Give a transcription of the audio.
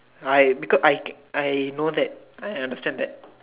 I because I I know that I understand that